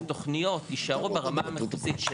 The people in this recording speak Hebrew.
תוכניות יישארו ברמה המחוזית,